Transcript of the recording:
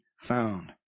found